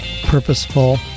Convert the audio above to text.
purposeful